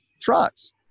trucks